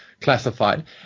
classified